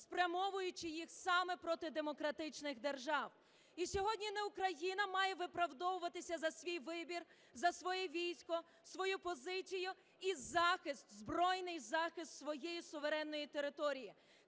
спрямовуючи їх саме проти демократичних держав. І сьогодні не Україна має виправдовуватися за свій вибір, за своє військо, свою позицію і захист, збройний захист своєї суверенної території,